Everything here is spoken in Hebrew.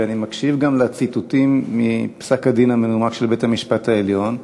ואני מקשיב גם לציטוטים מפסק-הדין המנומק של בית-המשפט העליון,